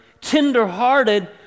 tenderhearted